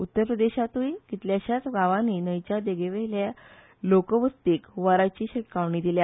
उत्तर प्रदेशातूय कितल्याध्याच गांवानी न्हंयच्या देंगेवेल्या लोकवस्तीक हुंवाराची शिटकावणी दिल्या